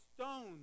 stones